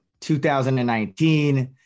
2019